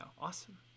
awesome